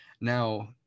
Now